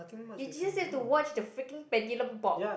you just have to watch the freaking pendulum bob